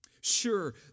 Sure